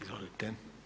Izvolite.